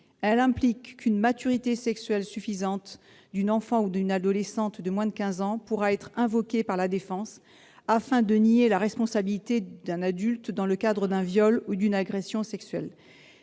Elle implique qu'une maturité sexuelle suffisante d'une enfant ou d'une adolescente de moins de quinze ans pourra être invoquée par la défense afin de nier la responsabilité d'un adulte dans le cadre d'un viol ou d'une agression sexuelle.